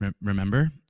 Remember